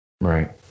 Right